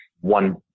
one